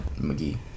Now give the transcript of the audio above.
McGee